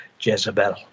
Jezebel